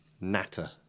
Natter